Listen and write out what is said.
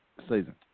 season